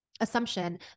assumption